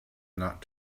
not